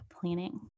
planning